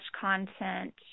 content